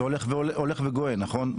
זה הולך וגואה, נכון?